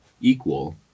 equal